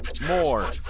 More